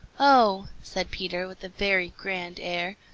oh, said peter with a very grand air,